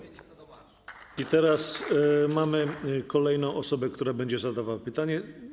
I teraz mamy kolejną osobę, która będzie zadawała pytanie.